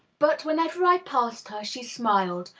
but whenever i passed her she smiled,